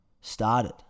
started